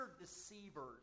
deceivers